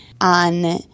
on